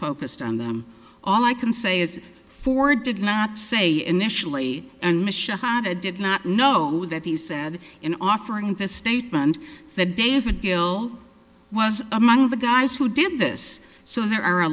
focused on them all i can say is ford did not say initially and the shonda did not know that he said in offering this statement that david gill was among the guys who did this so there are a